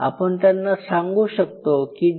आपण त्यांना सांगू शकतो की डी